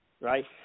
Right